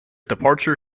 departure